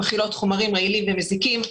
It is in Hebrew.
מכילות חומרים רעילים ומזיקים,